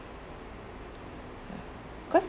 cause